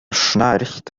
schnarcht